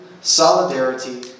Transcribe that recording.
solidarity